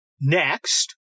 Next